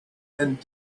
and